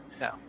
No